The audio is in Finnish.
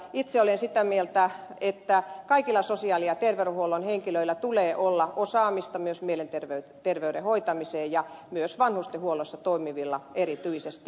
itse olen sitä mieltä että kaikilla sosiaali ja terveydenhuollon henkilöillä tulee olla osaamista myös mielenterveyden hoitamiseen ja myös vanhustenhuollossa toimivilla erityisesti